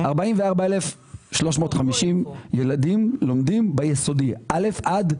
44,350 ילדים לומדים ביסודי, א' עד?